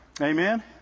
Amen